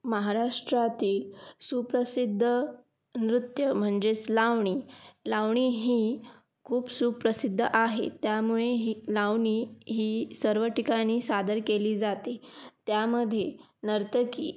महाराष्ट्रातील सुप्रसिद्ध नृत्य म्हणजेच लावणी लावणी ही खूप सुप्रसिद्ध आहे त्यामुळे ही लावणी ही सर्व ठिकाणी सादर केली जाते त्यामध्ये नर्तकी